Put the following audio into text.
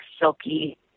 silky